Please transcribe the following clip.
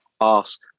ask